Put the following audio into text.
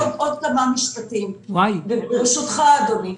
עוד כמה משפטים, ברשותך, אדוני.